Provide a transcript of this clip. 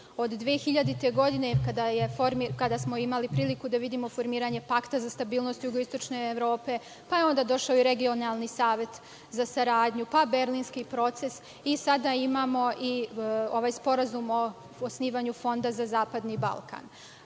od 2000. godine kada smo imali priliku da vidimo formiranje Pakta za stabilnost jugoistočne Evrope, pa je onda došao i Regionalni savet za saradnju, pa Berlinski proces i sada imamo i ovaj Sporazum o osnivanju Fonda za zapadni Balkan.